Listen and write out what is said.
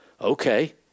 Okay